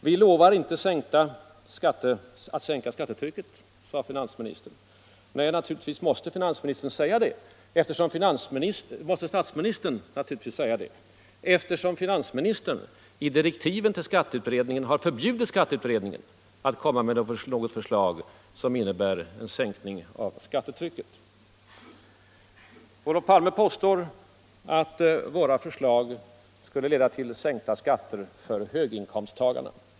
Vi lovar inte att sänka skattetrycket, sade statsministern. Nej, naturligtvis måste statsministern säga det, eftersom finansministern i direktiven till skatteutredningen har förbjudit utredningen att lägga fram något förslag som innebär en sänkning av skattetrycket. Olof Palme påstår att våra förslag skulle leda till sänkta skatter bara för höginkomsttagarna.